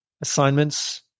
assignments